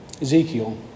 Ezekiel